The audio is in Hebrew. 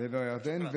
ומעבר לירדן,